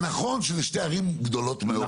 זה נכון שזה שתי ערים גדולות מאוד,